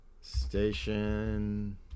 Station